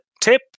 tip